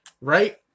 right